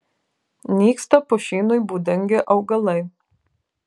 nyksta pušynui būdingi augalai